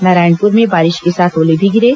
नारायणपुर में बारिश के साथ ओले भी गिरे